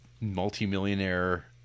multi-millionaire